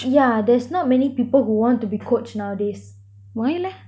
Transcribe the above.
yeah there's not many people who want to be coach nowadays